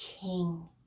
King